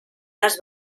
les